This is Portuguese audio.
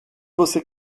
você